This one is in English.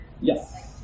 Yes